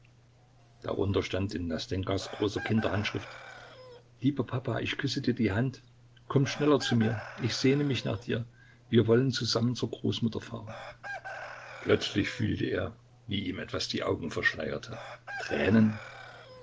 darunter stand in nastenjkas großer kinderhandschrift lieber papa ich küsse dir die hand komm schneller zu mir ich sehne mich nach dir wir wollen zusammen zur großmutter fahren plötzlich fühlte er wie ihm etwas die augen verschleierte tränen